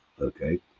okay